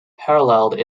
paralleled